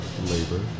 labor